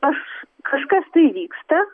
aš kažkas tai vyksta